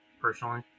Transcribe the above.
personally